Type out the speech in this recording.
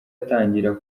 atangira